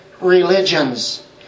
religions